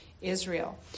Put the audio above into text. Israel